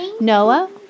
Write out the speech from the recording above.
Noah